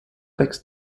wächst